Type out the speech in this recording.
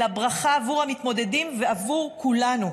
אלא ברכה בעבור המתמודדים ובעבור כולנו.